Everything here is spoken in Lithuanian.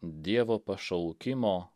dievo pašaukimo